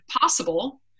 possible